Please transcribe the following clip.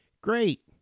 Great